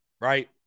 right